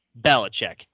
Belichick